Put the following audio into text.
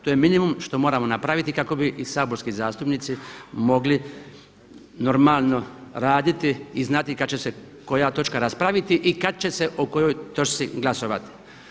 To je minimum što moramo napraviti kako bi i saborski zastupnici mogli normalno raditi i znati kad će se koja točka raspraviti i kad će se o kojoj točci glasovati.